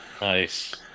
Nice